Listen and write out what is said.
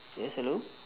yes hello